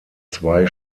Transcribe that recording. zwei